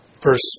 verse